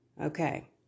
Okay